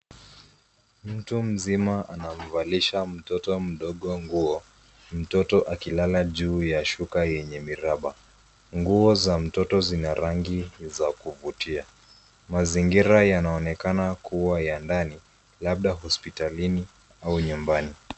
Mtu mzima anamvalisha mtoto mdogo nguo mtoto akilala juu ya shuka yenye miraba. Nguo za mtoto zina rangi za kuvutia. Mazingira yanaonekana kuwa ya ndani labda hospitalini au nyumbani.